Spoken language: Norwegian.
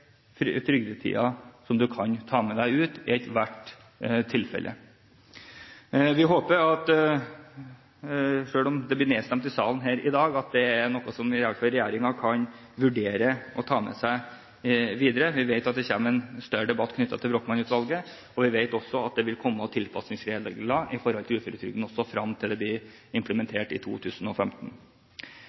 du kan ta med deg ut i ethvert tilfelle. Vi håper, selv om det blir nedstemt i salen her i dag, at det er noe regjeringen i hvert fall kan vurdere og ta med seg videre. Vi vet at det kommer en større debatt knyttet til Brochmann-utvalget, og vi vet også at det vil komme tilpasningsregler i uføretrygden også frem til den vil bli implementert i 2015.